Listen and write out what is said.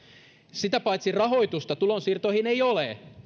sitä paitsi rahoitusta tulonsiirtoihin ei ole